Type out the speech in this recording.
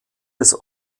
des